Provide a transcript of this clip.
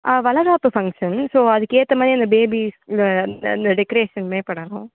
ஆ வளைகாப்பு function so அதுக்கு ஏற்ற மாதிரி அந்த பேபீஸ் இந்த இந்தந்த டெக்கரேஷன்மே பண்ணனும்